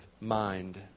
mind